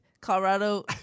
Colorado